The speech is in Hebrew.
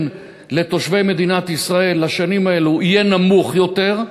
לתושבי מדינת ישראל לשנים האלה יהיה נמוך יותר,